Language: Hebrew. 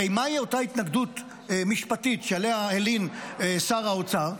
הרי מהי אותה התנגדות משפטית שעליה הלין שר האוצר?